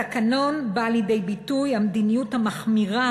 בתקנון באה לידי ביטוי המדיניות המחמירה